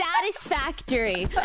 satisfactory